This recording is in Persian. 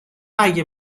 اگه